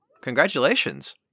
Congratulations